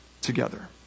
together